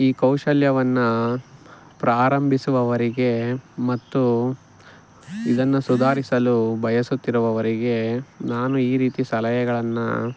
ಈ ಕೌಶಲ್ಯವನ್ನು ಪ್ರಾರಂಭಿಸುವವರಿಗೆ ಮತ್ತು ಇದನ್ನು ಸುಧಾರಿಸಲು ಬಯಸುತ್ತಿರುವವರಿಗೆ ನಾನು ಈ ರೀತಿ ಸಲಹೆಗಳನ್ನು